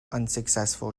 unsuccessful